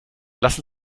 lassen